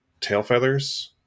Tailfeathers